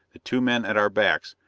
the two men at our backs,